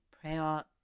Prayer